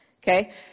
Okay